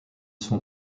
son